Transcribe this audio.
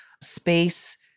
space